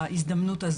בהזדמנות הזו.